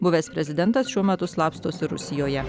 buvęs prezidentas šiuo metu slapstosi rusijoje